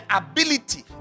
ability